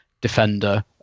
defender